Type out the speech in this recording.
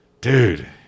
dude